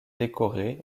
décorée